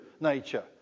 nature